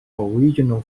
original